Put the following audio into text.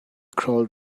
crawled